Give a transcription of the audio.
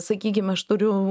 sakykim aš turiu